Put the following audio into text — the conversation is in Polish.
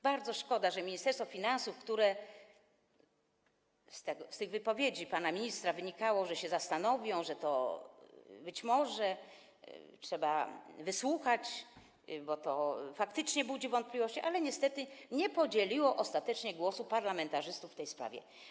Bardzo szkoda, że Ministerstwo Finansów - z wypowiedzi pana ministra wynikało, że się zastanowią, że to być może, że trzeba wysłuchać, bo to faktycznie budzi wątpliwości - niestety nie podzieliło ostatecznie głosu parlamentarzystów w tej sprawie.